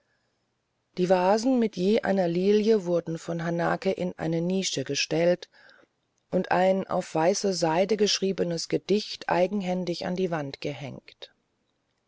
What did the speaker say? die vasen mit je einer lilie wurden von hanake in eine nische gestellt und ein auf weiße seide geschriebenes gedicht eigenhändig an die wand gehängt